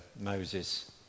Moses